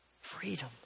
freedom